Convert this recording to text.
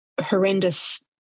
horrendous